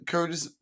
Curtis